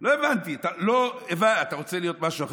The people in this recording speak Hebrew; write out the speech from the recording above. לא הבנתי, אתה רוצה להיות משהו אחר?